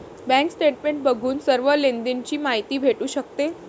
bank statement बघून सर्व लेनदेण ची माहिती भेटू शकते